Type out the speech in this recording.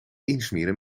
insmeren